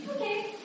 Okay